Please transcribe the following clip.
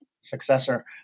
successor